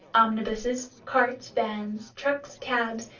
omnibuses, carts, vans, trucks, cabs,